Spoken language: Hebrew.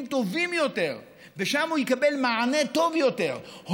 טובים יותר ושם הוא יקבל מענה טוב יותר,